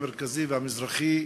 המרכזי והמזרחי,